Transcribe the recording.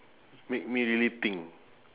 make me really think